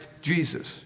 Jesus